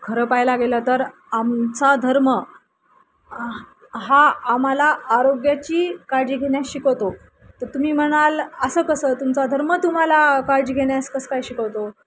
खरं पाहायला गेलं तर आमचा धर्म हा आम्हाला आरोग्याची काळजी घेण्यास शिकवतो तर तुम्ही म्हणाल असं कसं तुमचा धर्म तुम्हाला काळजी घेण्यास कसं काय शिकवतो